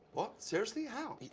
seriously, how?